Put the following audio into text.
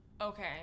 Okay